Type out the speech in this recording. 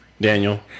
Daniel